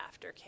aftercare